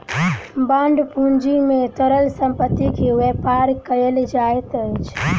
bond पूंजी में तरल संपत्ति के व्यापार कयल जाइत अछि